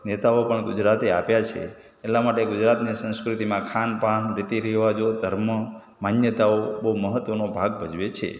નેતાઓ પણ ગુજરાતે આપ્યાં છે એટલા માટે ગુજરાતની સંસ્કૃતિમાં ખાન પાન રીતિ રિવાજો ધર્મ માન્યતાઓ બહુ મહત્ત્વનો ભાગ ભજવે છે